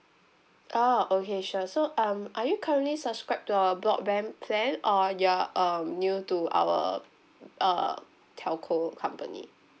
oh okay sure so um are you currently subscribed to our broadband plan or you're um new to our uh telco company